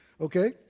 Okay